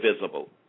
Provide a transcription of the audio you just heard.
visible